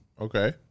Okay